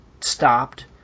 stopped